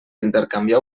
intercanviar